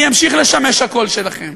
אני אמשיך לשמש הקול שלכם,